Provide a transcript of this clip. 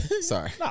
Sorry